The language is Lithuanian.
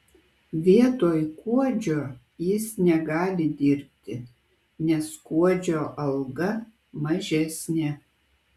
vietoj kuodžio jis negali dirbti nes kuodžio alga mažesnė